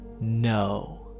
no